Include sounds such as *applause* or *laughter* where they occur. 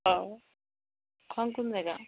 অঁ *unintelligible* কোন জেগা